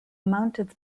mounted